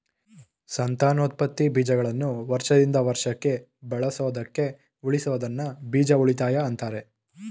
ಸಂತಾನೋತ್ಪತ್ತಿ ಬೀಜಗಳನ್ನು ವರ್ಷದಿಂದ ವರ್ಷಕ್ಕೆ ಬಳಸೋದಕ್ಕೆ ಉಳಿಸೋದನ್ನ ಬೀಜ ಉಳಿತಾಯ ಅಂತಾರೆ